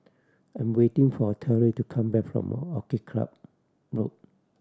I am waiting for Terell to come back from Orchid Club Road